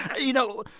you know,